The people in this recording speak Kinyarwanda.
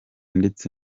ndetse